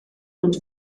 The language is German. und